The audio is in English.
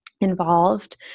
involved